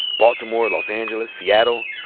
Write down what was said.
baltimore, los angeles, seattle,